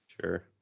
Sure